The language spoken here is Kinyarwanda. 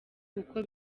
kuko